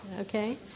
Okay